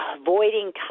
Avoiding